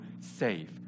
safe